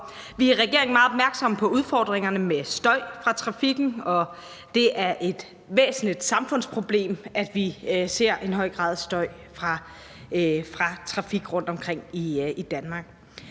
Vi er i regeringen meget opmærksom på udfordringerne med støj fra trafikken, og det er et væsentligt samfundsproblem, at vi ser en høj grad af støj fra trafik rundtomkring i Danmark.